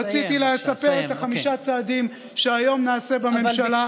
רציתי לספר על חמשת הצעדים שנעשה היום בממשלה.